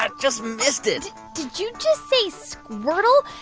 ah just missed it did you just say squirtle?